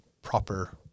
proper